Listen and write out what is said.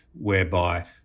whereby